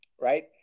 right